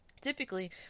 Typically